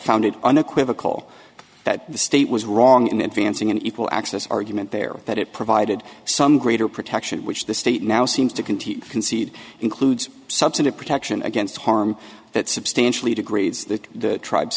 found it unequivocal that the state was wrong in advancing an equal access argument there that it provided some greater protection which the state now seems to continue to concede includes substantive protection against harm that substantially degrades the tribes